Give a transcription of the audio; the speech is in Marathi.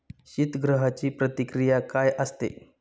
शीतगृहाची प्रक्रिया काय असते?